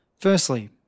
Firstly